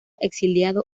exiliado